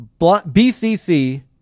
BCC